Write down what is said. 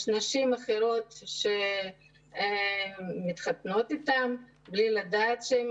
יש נשים אחרות שמתחתנות אתם בלי לדעת שהם